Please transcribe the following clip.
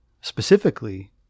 Specifically